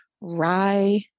rye